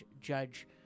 Judge